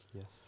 Yes